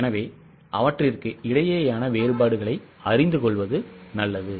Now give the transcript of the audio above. எனவே அவற்றிற்கு இடையேயான வேறுபாடுகளை அறிந்து கொள்வது நல்லது